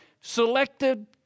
selected